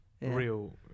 Real